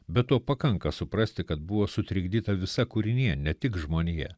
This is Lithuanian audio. be to pakanka suprasti kad buvo sutrikdyta visa kūrinija ne tik žmonija